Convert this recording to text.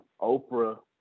Oprah